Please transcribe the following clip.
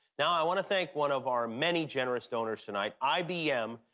now, i want to thank one of our many generous donors tonight. i b m.